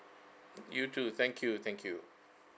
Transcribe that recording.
you too thank you thank you